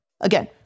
Again